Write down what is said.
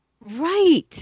Right